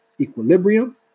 equilibrium